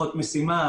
כוחות משימה.